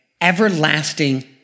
everlasting